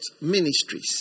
ministries